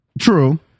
True